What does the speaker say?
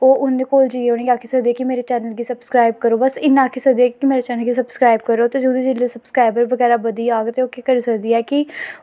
ओह् उं'दे कोल जाइयै उ'नेंगी आक्खी सकदी ऐ कि मेरे चैनल गी सब्सक्राईव करो बस इन्ना आक्खी सकदी ऐ कि मेरे चैनल गी सब्सक्राईव करो ते जेह्दे जिसलै सब्सक्राईवर बगैरा बधी जाग ते ओह् केह् करी सकदी ऐ कि